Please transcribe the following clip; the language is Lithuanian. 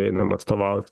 einam atstovaut